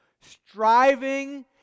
Striving